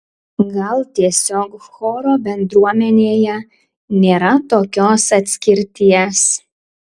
gal tiesiog choro bendruomenėje nėra tokios atskirties